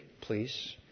please